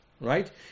Right